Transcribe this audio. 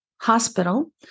hospital